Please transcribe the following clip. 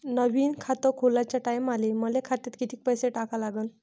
नवीन खात खोलाच्या टायमाले मले खात्यात कितीक पैसे टाका लागन?